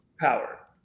power